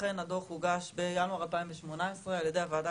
אכן הדוח הוגש בינואר 2018 על ידי הוועדה